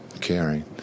caring